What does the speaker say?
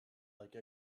like